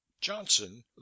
johnson